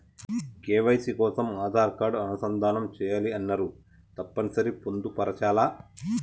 KYC కోసం Aadhaar card అనుసంధానం చేయాలని అన్నరు తప్పని సరి పొందుపరచాలా?